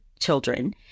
children